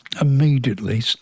immediately